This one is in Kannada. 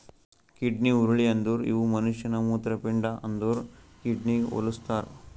ಕಿಡ್ನಿ ಹುರುಳಿ ಅಂದುರ್ ಇವು ಮನುಷ್ಯನ ಮೂತ್ರಪಿಂಡ ಅಂದುರ್ ಕಿಡ್ನಿಗ್ ಹೊಲುಸ್ತಾರ್